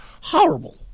Horrible